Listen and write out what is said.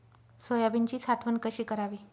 सोयाबीनची साठवण कशी करावी?